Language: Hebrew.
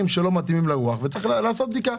שלא מתאימים לרוח וצריך לעשות בדיקה.